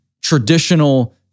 traditional